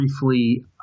briefly